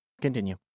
Continue